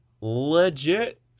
Legit